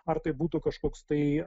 ar tai būtų kažkoks tai